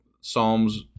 psalms